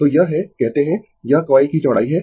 तो यह है कहते है यह कॉइल की चौड़ाई है